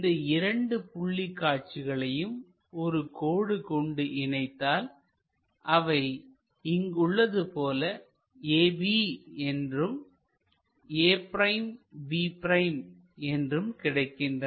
இந்த இரண்டு புள்ளி காட்சிகளையும் ஒரு கோடு கொண்டு இணைத்தால் அவை இங்குள்ளது போல AB என்றும் a'b' என்றும் கிடைக்கின்றன